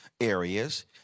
areas